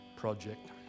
project